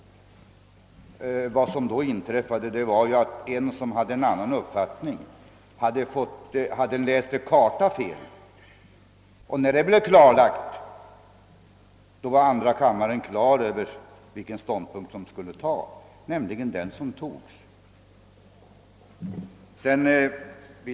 Vad som då inträffade var att en person som hade en annan uppfattning hade läst en karta felaktigt, och när det blev klarlagt visste också andra kammaren vilken ståndpunkt den skulle ta — och tog den.